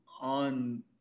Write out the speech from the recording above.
on